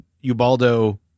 Ubaldo